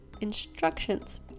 instructions